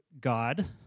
God